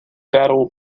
battle